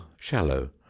shallow